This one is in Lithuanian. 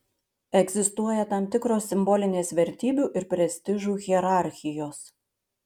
egzistuoja tam tikros simbolinės vertybių ir prestižų hierarchijos